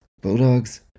Bulldogs